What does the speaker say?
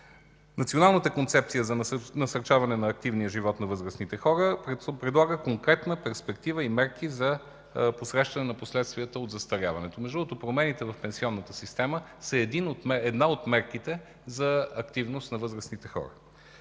Националната концепция за насърчаване на активния живот на възрастните хора предлага конкретна перспектива и мерки за посрещане на последствията от застаряването. Между другото, промените в пенсионната система са една от мерките за активност на възрастните хора.